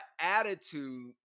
attitude